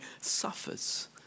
suffers